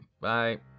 bye